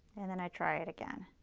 and then i try it again.